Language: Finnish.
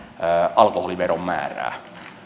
alkoholiveron määrää